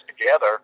together